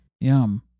Yum